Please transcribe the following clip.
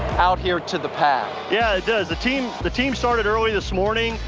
out here to the pad. yeah, it does. the team the team started early this morning.